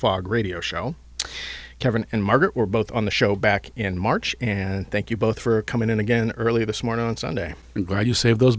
fog radio show kevin and margaret were both on the show back in march and thank you both for coming in again early this morning on sunday i'm glad you saved those